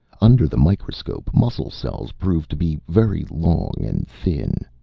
under the microscope, muscle cells proved to be very long and thin.